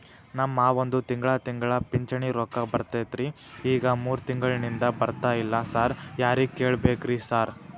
ನಮ್ ಮಾವಂದು ತಿಂಗಳಾ ತಿಂಗಳಾ ಪಿಂಚಿಣಿ ರೊಕ್ಕ ಬರ್ತಿತ್ರಿ ಈಗ ಮೂರ್ ತಿಂಗ್ಳನಿಂದ ಬರ್ತಾ ಇಲ್ಲ ಸಾರ್ ಯಾರಿಗ್ ಕೇಳ್ಬೇಕ್ರಿ ಸಾರ್?